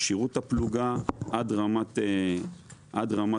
כשירות הפלוגה עד רמת האוגדה.